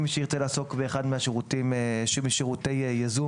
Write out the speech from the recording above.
מי שירצה לעסוק באחד משירותי ייזום,